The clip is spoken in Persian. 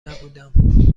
نبودم